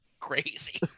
crazy